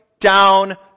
down